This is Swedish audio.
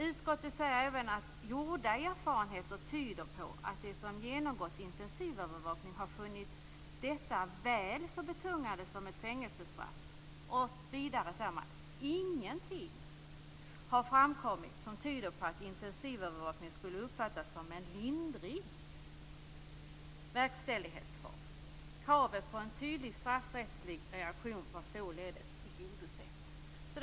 Utskottet säger även att gjorda erfarenheter tyder på att de som genomgått intensivövervakning har funnit detta väl så betungande som ett fängelsestraff. Vidare säger man: Ingenting har framkommit som tyder på att intensivövervakning skulle uppfattas som en lindrig verkställighetsform. Kravet på en tydlig straffrättslig reaktion har således tillgodosetts.